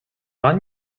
van